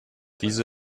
diese